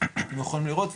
אתם יכולים לראות,